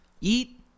Eat